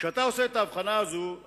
כשאתה עושה את ההבחנה הזאת,